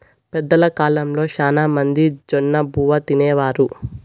పెద్దల కాలంలో శ్యానా మంది జొన్నబువ్వ తినేవారు